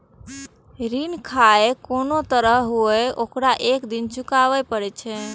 ऋण खाहे कोनो तरहक हुअय, ओकरा एक दिन चुकाबैये पड़ै छै